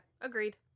agreed